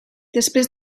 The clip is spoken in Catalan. després